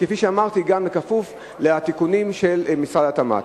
וכפי שאמרתי גם בכפוף לתיקונים של משרד התמ"ת.